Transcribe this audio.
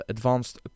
Advanced